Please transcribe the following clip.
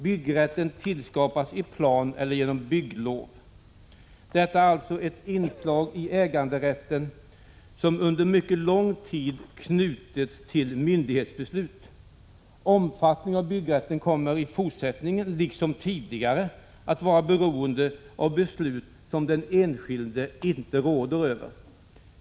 Byggrätten tillskapas i plan eller genom bygglov. Detta är alltså ett inslag i äganderätten som under mycket lång tid knutits till myndighetsbeslut. Omfattningen av byggrätten kommer i fortsättningen liksom tidigare att vara beroende av beslut som den enskilde inte råder över.